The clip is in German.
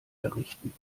errichten